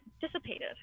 dissipated